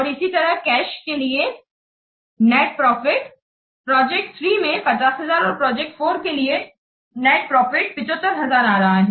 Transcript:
और इसी तरह कैश के लिए नेट प्रॉफिट प्रोजेक्ट 3 में 50000 और प्रोजेक्ट 4 के लिए नेट प्रॉफिट 75000 आ रहा है